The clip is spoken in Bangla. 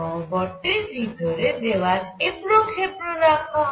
গহ্বরটির ভিতরে দেওয়াল এবড়ো খেবড়ো রাখা হয়